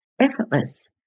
effortless